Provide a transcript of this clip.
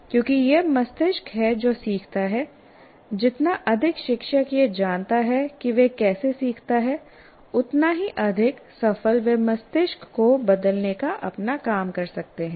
क्योंकि यह मस्तिष्क है जो सीखता है जितना अधिक शिक्षक यह जानता है कि वह कैसे सीखता है उतना ही अधिक सफल वे मस्तिष्क को बदलने का अपना काम कर सकते हैं